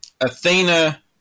Athena